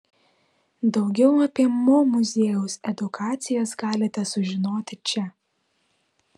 daugiau apie mo muziejaus edukacijas galite sužinoti čia